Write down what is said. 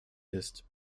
ist